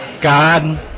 God